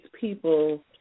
people